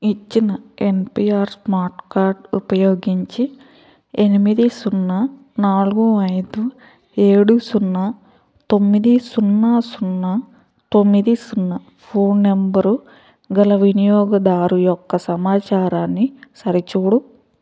ఇచ్చిన NPR smart card ఉపయోగించి ఎనిమిది సున్నా నాలుగు ఐదు ఏడు సున్నా తొమ్మిది సున్నా సున్నా తొమ్మిది సున్నా ఫోన్ నంబరు గల వినియోగదారు యొక్క సమాచారాన్ని సరిచూడు